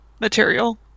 material